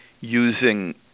using